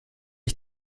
ich